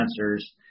answers